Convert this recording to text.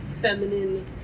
feminine